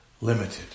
limited